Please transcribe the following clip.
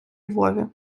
львові